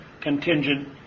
contingent